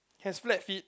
has flat feet